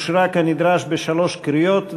התשע"ג 2013,